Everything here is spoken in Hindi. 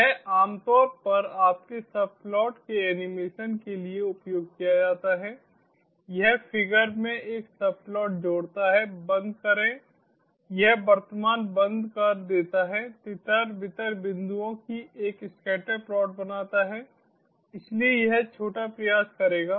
यह आमतौर पर आपके सबप्लॉट के एनिमेशन के लिए उपयोग किया जाता है यह फिगर में एक सबप्लॉट जोड़ता है बंद करें यह वर्तमान figure बंद कर देता हैतितर बितर बिंदुओं की एक स्कैटर प्लाट बनाता है इसलिए यह छोटा प्रयास करेगा